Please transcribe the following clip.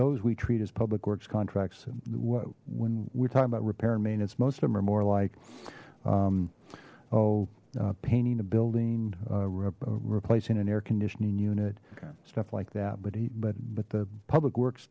those we treat as public works contracts and when we're talking about repair maintenance most of them are more like oh painting a building replacing an air conditioning unit stuff like that but but but the public works